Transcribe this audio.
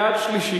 יד שלישית.